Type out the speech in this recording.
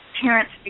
Parents